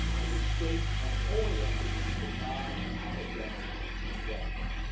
and it is shaped and oriented to nonacademic endeavors.